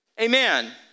Amen